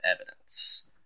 evidence